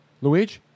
Luigi